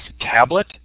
tablet